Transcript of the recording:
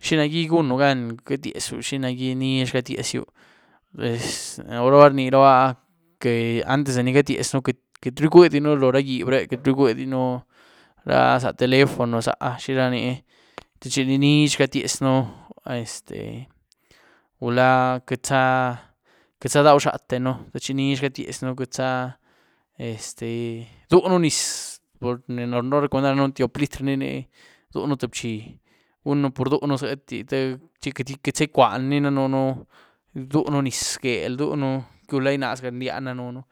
¿xi nagí gunú gan' gatyiezyu, xi nagí nizh gatyiezyu? Puez or or ni rniraba áh antes de ni gatyiezyën queityru igwuediën loóh ra gyiéb re queity igwuediën ra za telefono, za zhirani te chini nizh gatyiezyën, este, gula queityzá-queitzá idau zhadtéën techi nizh gatyiezyën, queityzá este iduúën nyis pur ni runraba recomendar danën tyop litr' ni ni rduúën tïé bzhí, gunën pur rduúën zïeti te chi queityza ic'wuadi ni danënú, rduúën nyis gueél rduúën gula inaz galrdyiàn danënú